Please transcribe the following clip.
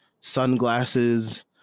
sunglasses